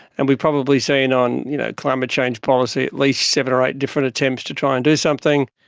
and we've probably seen on you know climate change policy at least seven or eight different attempts to try and do something.